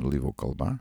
lyvų kalba